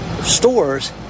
stores